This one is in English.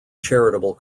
charitable